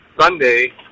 Sunday